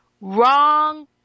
Wrong